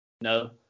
no